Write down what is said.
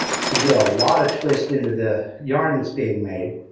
to get a lot of twist into the yarn that's being made.